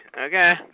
Okay